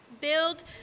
build